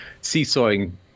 seesawing